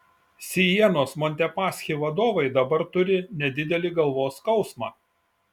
sienos montepaschi vadovai dabar turi nedidelį galvos skausmą